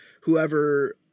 Whoever